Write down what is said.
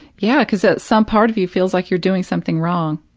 yeah, because ah some part of you feels like you're doing something wrong.